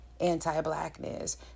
anti-Blackness